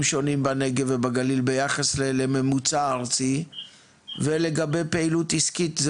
שונים בנגב ובגליל ביחס לממוצע ארצי ולגבי פעילות עסקית,